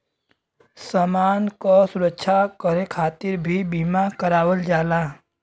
समान क सुरक्षा करे खातिर भी बीमा करावल जाला